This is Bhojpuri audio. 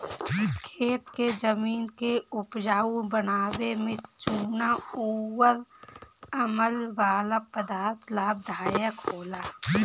खेत के जमीन के उपजाऊ बनावे में चूना अउर अमल वाला पदार्थ लाभदायक होला